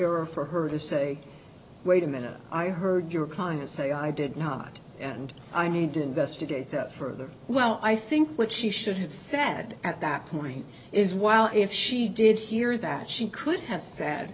for her to say wait a minute i heard your congress say i did not and i need to investigate further well i think what she should have said at that point is while if she did hear that she could have said